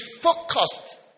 focused